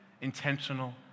intentional